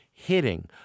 hitting